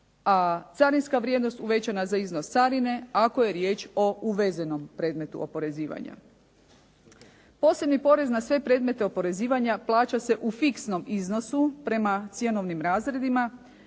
a carinska vrijednost uvećana za iznos carine, ako je riječ u uvezenom predmetu oporezivanja. Posebni porez na sve predmete oporezivanja plaća se u fiksnom iznosu prema cjenovnim razredima,